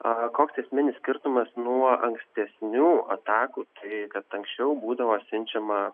a koks esminis skirtumas nuo ankstesnių atakų tai kad anksčiau būdavo siunčiama